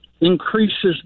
increases